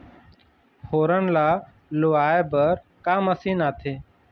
फोरन ला लुआय बर का मशीन आथे?